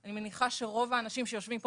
שאני מניחה שרוב האנשים שיושבים פה